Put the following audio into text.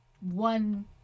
one